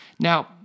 Now